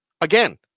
again